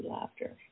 laughter